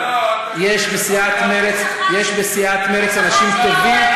יש בסיעת מרצ אנשים טובים,